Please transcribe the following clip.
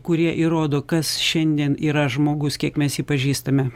kurie įrodo kas šiandien yra žmogus kiek mes jį pažįstame